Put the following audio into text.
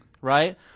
right